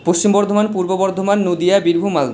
Paschim Bardhaman Purba Bardhaman Nadia Birbhum Malda